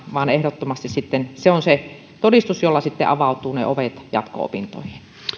vaan ehdottomasti se on se todistus jolla sitten avautuvat ovet jatko opintoihin